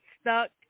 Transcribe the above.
stuck